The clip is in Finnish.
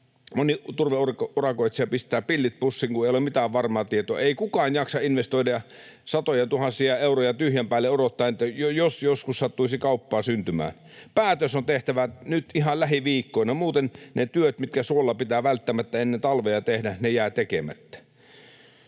Moni turveurakoitsija pistää pillit pussiin, kun ei ole mitään varmaa tietoa. Ei kukaan jaksa investoida satojatuhansia euroja tyhjän päälle odottaen, että jos joskus sattuisi kauppaa syntymään. Päätös on tehtävä nyt ihan lähiviikkoina. Muuten ne työt, mitkä suolla pitää välttämättä ennen talvea tehdä, jäävät tekemättä.